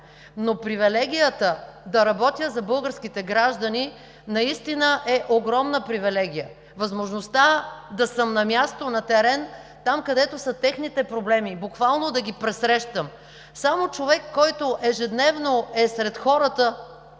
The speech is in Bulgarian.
но привилегията да работя за българските граждани наистина е огромна привилегия. Възможността да съм на място, на терен, там, където са техните проблеми, буквално да ги пресрещам. Само човек, който ежедневно е сред хората,